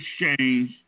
exchange